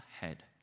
head